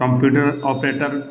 computer operator